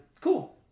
Cool